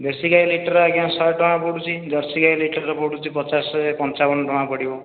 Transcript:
ଦେଶୀ ଗାଈ ଲିଟର ଆଜ୍ଞା ଶହେ ଟଙ୍କା ପଡ଼ୁଛି ଜର୍ସି ଗାଈ ଲିଟର ପଡ଼ୁଛି ପଚାଶ ଶହେ ପଞ୍ଚାବନ ଟଙ୍କା ପଡ଼ିବ